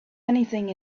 anything